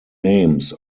names